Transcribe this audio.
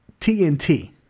tnt